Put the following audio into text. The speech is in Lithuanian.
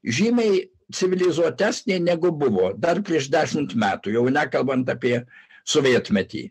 žymiai civilizuotesnė negu buvo dar prieš dešimt metų jau nekalbant apie sovietmetį